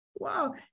Wow